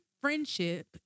friendship